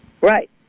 Right